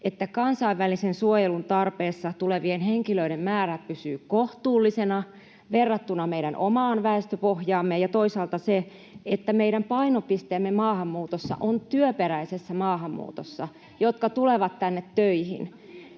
että kansainvälisen suojelun tarpeessa tulevien henkilöiden määrä pysyy kohtuullisena verrattuna meidän omaan väestöpohjaamme, ja toisaalta se, että meidän painopisteemme maahanmuutossa on työperäisessä maahanmuutossa — niissä, jotka tulevat tänne töihin.